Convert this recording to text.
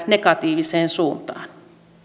negatiiviseen suuntaan